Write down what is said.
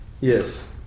Yes